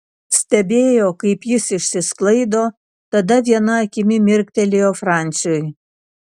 stebėjo kaip jis išsisklaido tada viena akimi mirktelėjo franciui